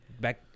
back